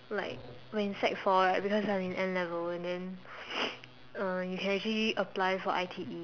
like when sec four right because I'm in N-level and then uh you can actually apply for I_T_E